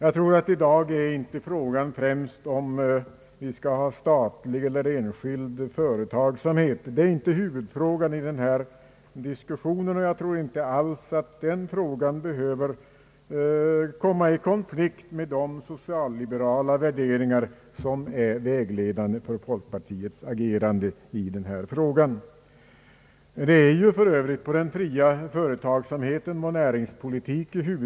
I dag är det inte främst frågan om statlig eller enskild företagsamhet. Detta är inte huvudfrågan i denna debatt, och jag tror inte alls att det spörsmålet behöver komma i konflikt med de socialliberala värderingar som är vägledande för folkpartiets agerande härvidlag. Vår näringspolitik bygger för övrigt i huvudsak på den fria företagsamheten.